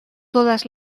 todas